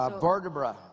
Vertebra